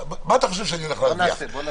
חושב שאני הולך להרוויח פה?